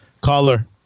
Caller